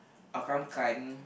Akram-Khan